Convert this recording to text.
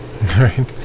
Right